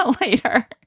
later